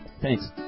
thanks